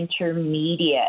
intermediate